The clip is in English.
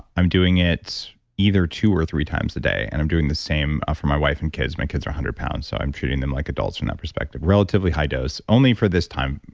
i'm doing it either two or three times a day, and i'm doing the same for my wife and kids. my kids are a hundred pounds, so i'm treating them like adults from that perspective. relatively high dose only for this time,